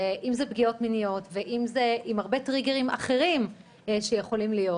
אם אלה פגיעות מיניות ואם אלה הרבה טריגרים אחרים שיכולים להיות.